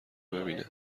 ببینه